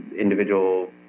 individual